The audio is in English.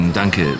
danke